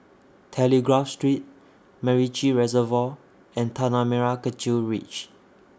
Telegraph Street Macritchie Reservoir and Tanah Merah Kechil Ridge